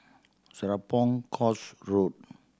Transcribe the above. Serapong Course Road